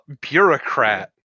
bureaucrat